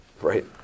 Right